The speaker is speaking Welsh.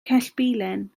cellbilen